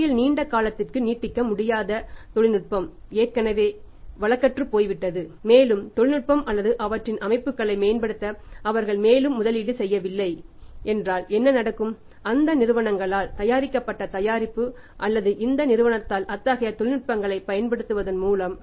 சந்தையில் நீண்ட காலத்திற்கு நீடிக்க முடியாத ஒரு நிறுவனத்திற்கு நீங்கள் சப்ளை செய்கிறீர்கள் என்றால் அவற்றின் தொழில்நுட்பம் ஏற்கனவே வழக்கற்றுப் போய்விட்டது மேலும் தொழில்நுட்பம் அல்லது அவற்றின் அமைப்புகளை மேம்படுத்த அவர்கள் மேலும் முதலீடு செய்யவில்லை என்றால் என்ன நடக்கும் அந்த நிறுவனங்களால் தயாரிக்கப்பட்ட தயாரிப்பு அல்லது இந்த நிறுவனத்தால் அத்தகைய தொழில்நுட்பங்களைப் பயன்படுத்துவதன் மூலம்